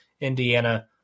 Indiana